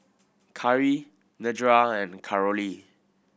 Cari Nedra and Carolee